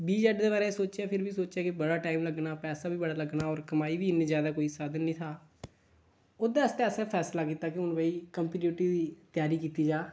बी Ed दे बारे च सोचेआ फिर बी सोचेआ कि बड़ा टैम लग्गना पैसा बी बड़ा लग्गना होर कमाई बी इन्नी ज्यादा कोई साधन नेईं था ओह्दै आस्तै असें फैसला कीता कि हून भई कंपीटेटिव दी त्यारी कीती जा